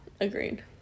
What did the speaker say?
agreed